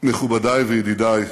מכובדי וידידי,